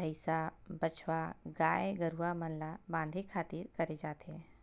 भइसा, बछवा गाय गरुवा मन ल बांधे खातिर करे जाथे